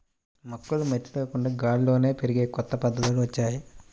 మొక్కలు మట్టి లేకుండా గాల్లోనే పెరిగే కొత్త పద్ధతులొచ్చాయ్